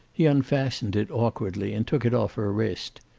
he unfastened it awkwardly and took it off her wrist.